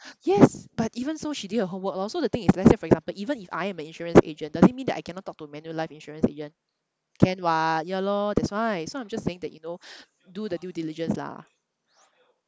yes but even so she did her homework lor so the thing is if let's say for example even if I am a insurance agent does it mean that I cannot talk to manulife insurance agent can [what] ya lor that's why so I'm just saying that you know do the due diligence lah